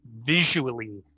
visually